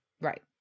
right